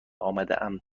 آمدم